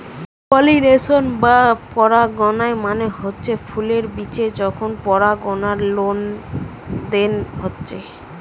pollination বা পরাগায়ন মানে হচ্ছে ফুলের বিচে যখন পরাগলেনার লেনদেন হচ্ছে